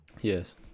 Yes